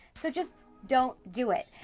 so just don't do it.